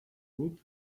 group